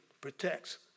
protects